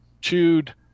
chewed